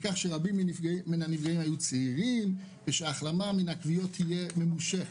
בטענה שרבים מן הנפגעים היו צעירים ושההחלמה מן הכוויות תהיה ממושכת.